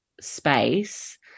space